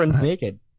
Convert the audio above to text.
naked